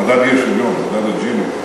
במדד האי-שוויון, מדד ג'יני,